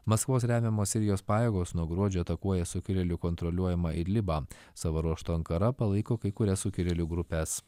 maskvos remiamos sirijos pajėgos nuo gruodžio atakuoja sukilėlių kontroliuojamą idlibą savo ruožtu ankara palaiko kai kurias sukilėlių grupes